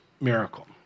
miracle